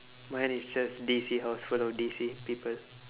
mine is just D_C house full of D_C people